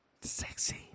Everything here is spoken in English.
Sexy